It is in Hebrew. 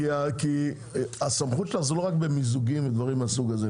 כי הסמכות שלך זה לא רק במיזוגים ודברים מהסוג הזה,